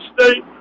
State